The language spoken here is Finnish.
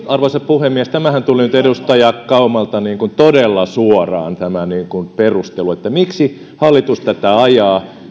arvoisa puhemies tämähän tuli nyt edustaja kaumalta todella suoraan tämä perustelu miksi hallitus tätä ajaa